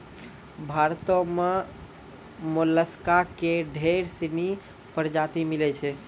भारतो में मोलसका के ढेर सिनी परजाती मिलै छै